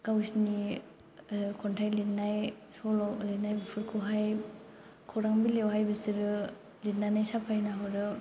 गावसोरनि खन्थाइ लिरनाय सल' लिरनाय बेफोरखौहाय खौरां बिलाइयावहाय बिसोरो लिरनानै साफायना हरो